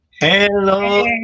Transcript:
Hello